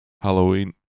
Halloween